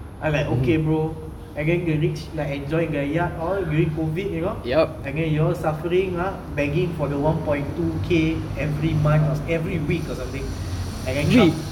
I'm like okay bro and then the rich like enjoy in their yatch all during COVID you know and then you all suffering lah begging for the one point two K every month every week or something and then trump